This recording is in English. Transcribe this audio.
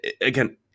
again